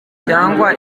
cyangwa